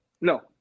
No